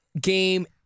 game